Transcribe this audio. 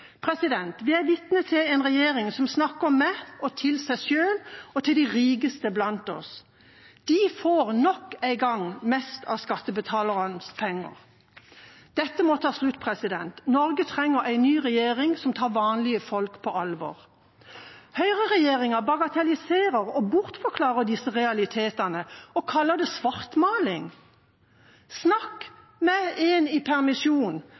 Vi er vitne til en regjering som snakker med og til seg selv og til de rikeste blant oss. De får nok en gang mest av skattebetalernes penger. Dette må ta slutt. Norge trenger en ny regjering som tar vanlige folk på alvor. Høyreregjeringa bagatelliserer og bortforklarer disse realitetene og kaller det svartmaling. Snakk med en som er permittert, om det er svartmaling å være uten feriepenger i